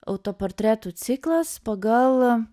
autoportretų ciklas pagal